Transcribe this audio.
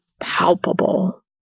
palpable